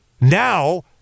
Now